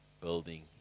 building